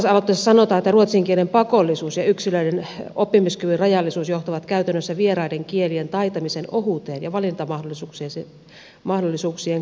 kansalaisaloitteessa sanotaan että ruotsin kielen pakollisuus ja yksilön oppimiskyvyn rajallisuus johtavat käytännössä vieraiden kielien taitamisen ohuuteen ja valintamahdollisuuksien kapeutumiseen